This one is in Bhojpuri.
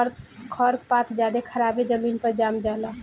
खर पात ज्यादे खराबे जमीन पर जाम जला